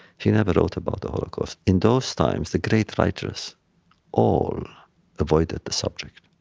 he never wrote about the holocaust. in those times, the great writers all avoided the subject